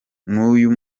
n’uyu